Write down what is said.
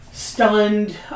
stunned